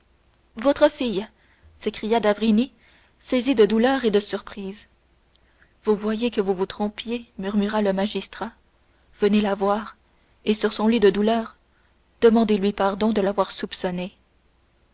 votre fille s'écria d'avrigny saisi de douleur et de surprise vous voyez que vous vous trompiez murmura le magistrat venez la voir et sur son lit de douleur demandez-lui pardon de l'avoir soupçonnée